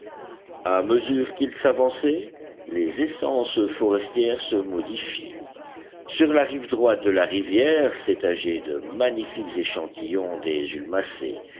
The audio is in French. à mesure qu'ils s'avançaient les essences forestières se modifiaient sur la rive droite de la rivière s'étageaient de magnifiques échantillons des